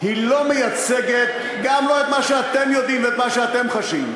היא לא מייצגת גם לא את מה שאתם יודעים ואת מה שאתם חשים,